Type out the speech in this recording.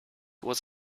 was